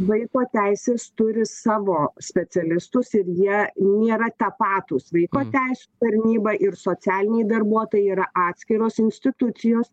vaiko teisės turi savo specialistus ir jie nėra tapatūs vaiko teisių tarnyba ir socialiniai darbuotojai yra atskiros institucijos